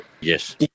Yes